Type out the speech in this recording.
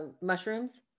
mushrooms